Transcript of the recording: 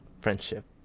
friendship